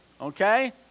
Okay